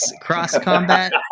cross-combat